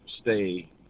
stay